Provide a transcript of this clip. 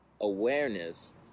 awareness